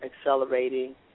accelerating